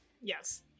Yes